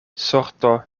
sorto